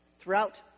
throughout